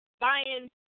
buying